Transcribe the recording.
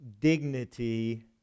dignity